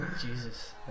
Jesus